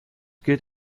gilt